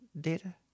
data